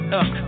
up